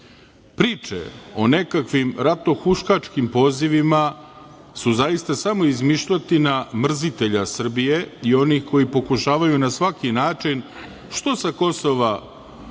rata. Priče o nekakvim ratno huškačkim pozivima su zaista, samo izmišljotina mrzitelja Srbije i onih koji pokušavaju na svaki način, što sa Kosova i